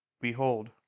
Behold